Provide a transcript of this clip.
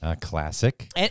Classic